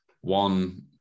one